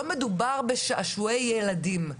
לא מדובר בשעשועי ילדים,